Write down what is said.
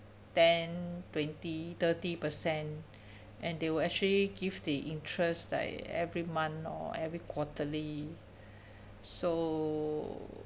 ten twenty thirty percent and they will actually give the interest like every month or every quarterly so